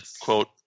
quote